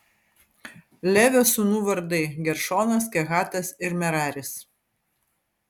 levio sūnų vardai geršonas kehatas ir meraris